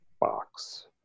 box